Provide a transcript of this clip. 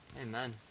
amen